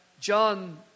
John